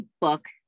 book